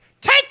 take